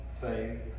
faith